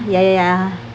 ya ya ya